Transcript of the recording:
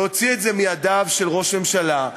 להוציא את זה מידיו של ראש ממשלה.